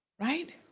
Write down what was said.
Right